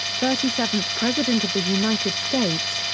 thirty seventh president of the united states,